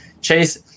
Chase